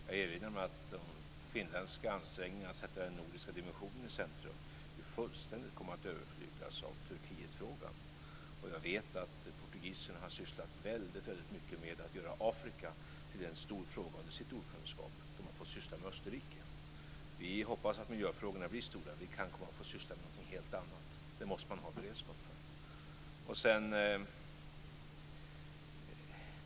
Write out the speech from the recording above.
Jag vill erinra om att de finländska ansträngningarna att sätta den nordiska dimensionen i centrum ju fullständigt kom att överflyglas av Turkietfrågan. Jag vet att portugiserna sysslat väldigt mycket med att göra Afrika till en stor fråga under sitt ordförandeskap. De har fått syssla med Österrike. Vi hoppas att miljöfrågorna blir stora, men vi kan komma att få syssla med någonting helt annat. Det måste man ha beredskap för.